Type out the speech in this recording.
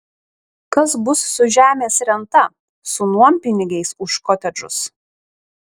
kas bus su žemės renta su nuompinigiais už kotedžus